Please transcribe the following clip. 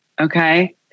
Okay